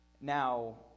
Now